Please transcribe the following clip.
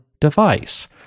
device